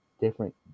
different